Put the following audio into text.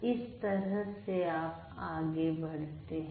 इस तरह से आप आगे बढ़ते हैं